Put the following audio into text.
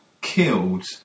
killed